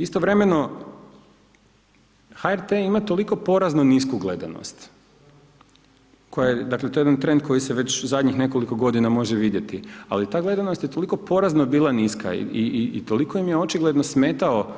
Istovremeno, HRT ima toliko porazno nisku gledanost, dakle, to je jedan trend koji se već nekoliko godina može vidjeti, ali ta gledanost je toliko porazno bila niska i toliko im je očigledno smetao